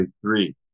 three